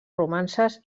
romances